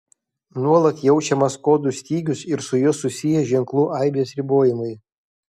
nuolat jaučiamas kodų stygius ir su juo susiję ženklų aibės ribojimai